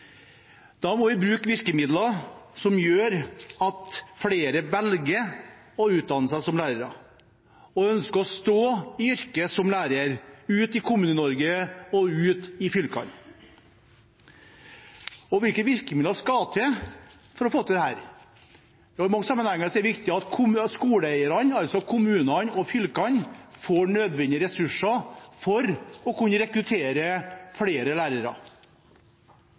Da må vi bruke virkemidler som gjør at flere velger å utdanne seg som lærere og ønsker å stå i yrket ute i Kommune-Norge og i fylkene. Hvilke virkemidler skal til for å få til dette? I mange sammenhenger er det viktig at skoleeierne, altså kommunene og fylkene, får nødvendige ressurser for å kunne rekruttere flere lærere.